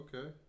Okay